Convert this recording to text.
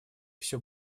все